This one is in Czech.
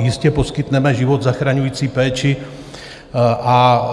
Jistě poskytneme život zachraňující péči a